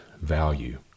value